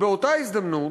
באותה הזדמנות,